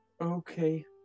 Okay